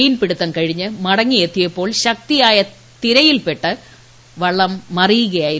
മീൻപിടുത്തം കഴിഞ്ഞ് മടങ്ങിയെത്തിയപ്പോൾ ശക്തിയായ തിരയിൽപ്പെട്ട് വള്ളം മറിയുകയായിരുന്നു